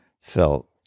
felt